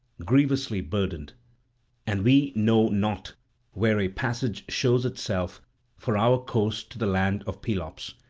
grievously burdened and we know not where a passage shows itself for our course to the land of pelops.